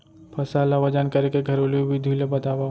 फसल ला वजन करे के घरेलू विधि ला बतावव?